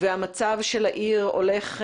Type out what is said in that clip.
המצב של העיר הולך ומחמיר.